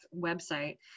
website